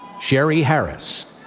sharie harris.